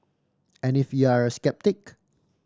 and if you're a sceptic